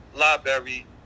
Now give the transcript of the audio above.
Library